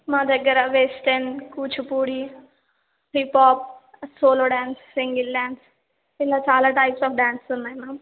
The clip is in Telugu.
మా దగ్గర western Kuchipudi hip pop solo dance single dance ఇలా చాలా టైప్స్ ఆఫ్ డ్యాన్సులు ఉన్నాయి మ్యామ్